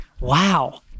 Wow